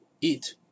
Eat